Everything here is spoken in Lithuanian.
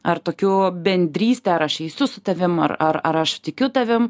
ar tokių bendrystę ar aš eisiu su tavimi ar ar ar aš tikiu tavim